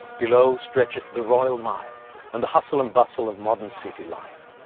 below stretches the royal mile and the hustle and bustle of modern city life.